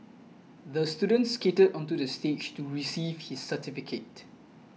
the student skated onto the stage to receive his certificate